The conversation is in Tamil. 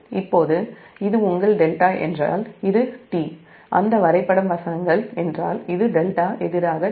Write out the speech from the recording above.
இப்போது இது உங்கள் δ என்றால் இது t அந்த வரைபடம் வசனங்கள் என்றால் இது δ எதிராக t